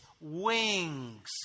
wings